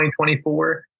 2024